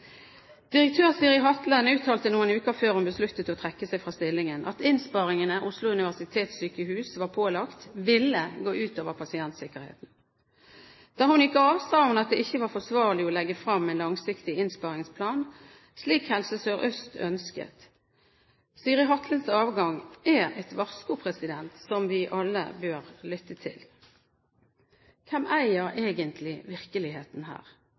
uttalte noen uker før hun besluttet å trekke seg fra stillingen, at innsparingene Oslo universitetssykehus var pålagt, ville gå ut over pasientsikkerheten. Da hun gikk av, sa hun at det ikke var forsvarlig å legge frem en langsiktig innsparingsplan slik Helse Sør-Øst ønsket. Siri Hatlens avgang er et varsko som vi alle bør lytte til. Hvem eier egentlig virkeligheten her?